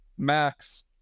Max